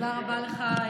תודה רבה לך,